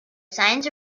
signs